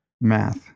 Math